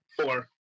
Four